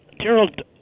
Gerald